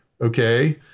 Okay